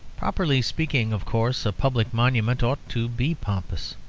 properly speaking, of course, a public monument ought to be pompous.